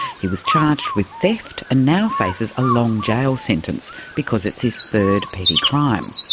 he was charged with theft and now faces a long jail sentence because it's his third petty crime.